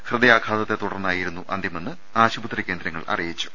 ഹൃദയാഘാതത്തെ തുടർന്നായിരുന്നു അന്ത്യ മെന്ന് ആശുപത്രി കേന്ദ്രങ്ങൾ അറിയിച്ചു